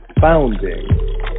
founding